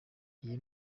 iyi